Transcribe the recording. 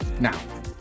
Now